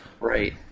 Right